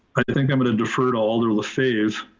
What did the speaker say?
think i'm gonna defer to alder lefebvre.